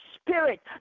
spirit